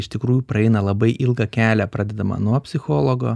iš tikrųjų praeina labai ilgą kelią pradedama nuo psichologo